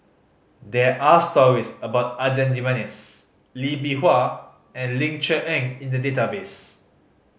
there are stories about Adan Jimenez Lee Bee Wah and Ling Cher Eng in the database